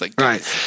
Right